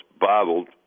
bottled